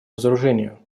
разоружению